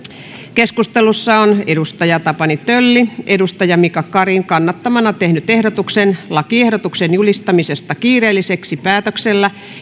keskustelussa on tapani tölli mika karin kannattamana tehnyt ehdotuksen lakiehdotuksen julistamisesta kiireelliseksi päätöksellä